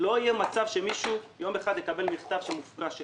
לא יהיה מצב שמישהו יום אחד יקבל מכתב שהשטח שלו מופקע,